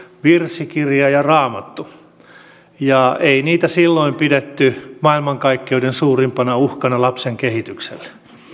virsikirja ja raamattu ei niitä silloin pidetty maailmankaikkeuden suurimpana uhkana lapsen kehitykselle